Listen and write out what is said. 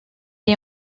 est